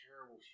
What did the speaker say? terrible